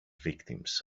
victims